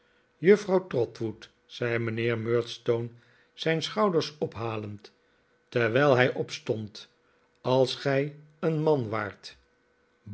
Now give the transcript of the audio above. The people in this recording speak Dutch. juffrouw trotwood zei mijnheer murdstone zijn schouders ophalend terwijl hij opstond als gij een man waart